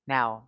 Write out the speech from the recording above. Now